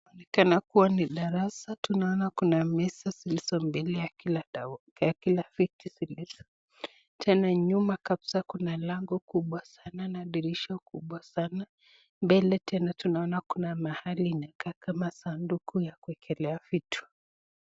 Inaonekan kuwa ni darasa, tunaona kuna meza zilizo mbele ya kila viti zilizo, tena nyuma kabisa kuna lango kubwa sana na dirisha kubwa san, mbele tena tunaona kuna mahali inakaa kama sanduku ya kuwekelea vitu .